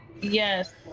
Yes